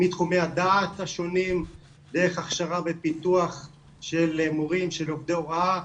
מתחומי הדעת השונים דרך הכשרה ופיתוח של עובדי הוראה,